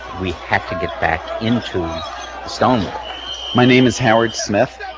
we have to get back into the stonewall my name is howard smith.